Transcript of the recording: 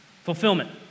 fulfillment